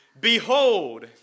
behold